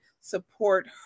support